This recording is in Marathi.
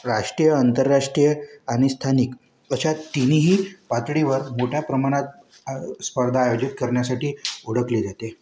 राष्ट्रीय आंतरराष्ट्रीय आणि स्थानिक अशा तिन्हीही पातळीवर मोठ्या प्रमाणात आय स्पर्धा आयोजित करण्यासाठी ओळखली जाते